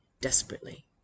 desperately